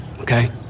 okay